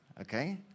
okay